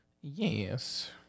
Yes